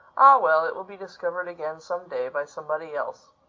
ah, well, it will be discovered again some day, by somebody else.